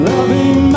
Loving